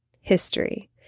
history